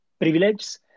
privileges